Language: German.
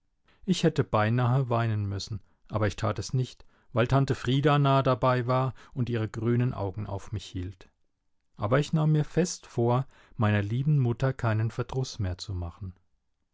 ich hätte beinahe weinen müssen aber ich tat es nicht weil tante frieda nahe dabei war und ihre grünen augen auf mich hielt aber ich nahm mir fest vor meiner lieben mutter keinen verdruß mehr zu machen